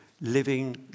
living